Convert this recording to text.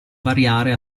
variare